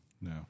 No